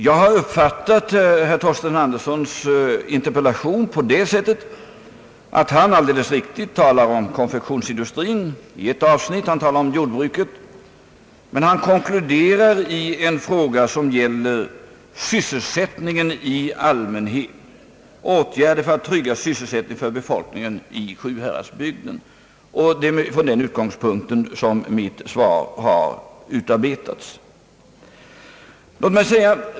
Jag har uppfattat herr Torsten Anderssons interpellation så att han — alldeles riktigt — i ett avsnitt talar om konfektionsindustrin och i ett annat om jordbruket, men konkluderar i en fråga som gäller åtgärder i allmänhet för att trygga sysselsättningen i Sjuhäradsbygden; och det är från den utgångspunkten mitt svar utarbetats.